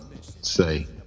say